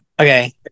Okay